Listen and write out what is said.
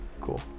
cool